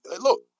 Look